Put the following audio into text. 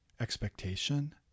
expectation